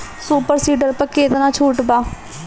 Super seeder पर केतना छूट बा?